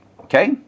Okay